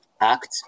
act